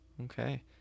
Okay